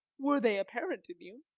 were they apparent in you.